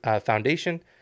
foundation